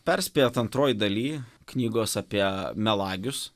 perspėjat antroj dalyj knygos apie melagius